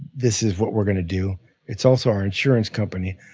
this is what we're going to do it's also our insurance company,